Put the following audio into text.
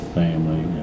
family